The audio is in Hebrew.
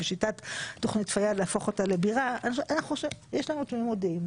בשיטת תכנית פיאד להפוך אותה לבירה יש לנו תמימות דעים,